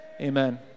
Amen